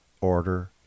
order